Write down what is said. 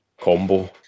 combo